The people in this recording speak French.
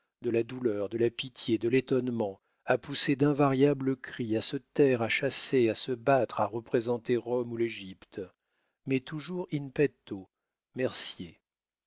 de la douleur de la pitié de l'étonnement à pousser d'invariables cris à se taire à chasser à se battre à représenter rome ou l'égypte mais toujours in petto mercier